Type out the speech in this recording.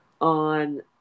on